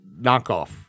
knockoff